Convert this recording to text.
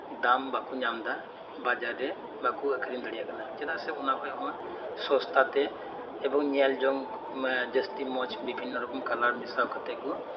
ᱫᱟᱢ ᱵᱟᱠᱚ ᱧᱟᱢᱮᱫᱟ ᱵᱟᱡᱟᱨ ᱨᱮ ᱵᱟᱠᱚ ᱟᱹᱠᱷᱨᱤᱧ ᱫᱟᱲᱤᱭᱟᱜ ᱠᱟᱱᱟ ᱪᱮᱫᱟᱜ ᱥᱮ ᱚᱱᱟᱠᱷᱚᱡ ᱦᱚᱸ ᱥᱚᱥᱛᱟ ᱛᱮ ᱮᱵᱚᱝ ᱧᱮᱞᱡᱚᱧ ᱡᱟᱹᱥᱛᱤ ᱢᱚᱸᱡ ᱵᱤᱵᱷᱤᱱᱱᱚ ᱨᱚᱠᱚᱢ ᱠᱟᱞᱟᱨ ᱢᱮᱥᱟᱣ ᱠᱟᱛᱮᱜ ᱠᱚ